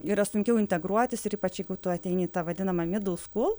yra sunkiau integruotis ir ypač jeigu tu ateini į tą vadinamą midlskūl